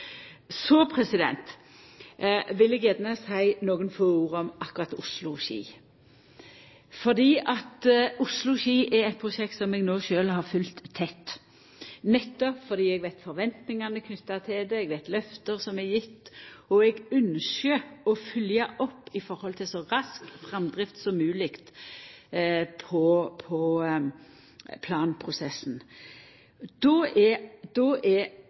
Så vil eg gjerne seia nokre få ord om akkurat Oslo–Ski. Oslo–Ski er eit prosjekt som eg sjølv har følgt tett, nettopp fordi eg veit om forventningane knytte til det, eg veit om løfte som er gjevne, og eg ynskjer å følgja opp med så rask framdrift som mogleg i planprosessen. Då